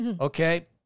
okay